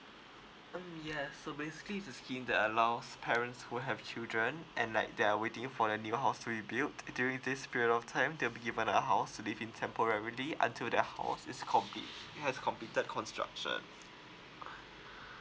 mm yeah so basically it's a scheme that allows parents who have children and like they're waiting for the new house fully build during this period of time they'll be given a house to live in temporary until the house is complete it has completed construction